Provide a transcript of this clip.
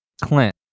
Clint